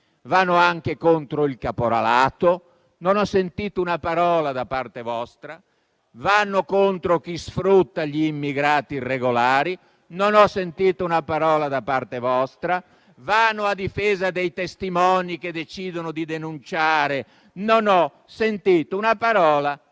vanno anche contro il caporalato (non ho sentito una parola da parte vostra), vanno contro chi sfrutta gli immigrati irregolari (non ho sentito una parola da parte vostra), vanno a difesa dei testimoni che decidono di denunciare (non ho sentito una parola